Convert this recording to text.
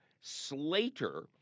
Slater